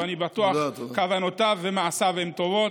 אני בטוח שכוונותיו ומעשיו טובים,